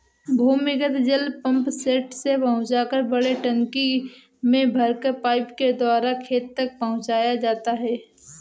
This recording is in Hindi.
भूमिगत जल पम्पसेट से पहुँचाकर बड़े टंकी में भरकर पाइप के द्वारा खेत तक पहुँचाया जाता है